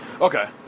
Okay